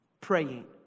Praying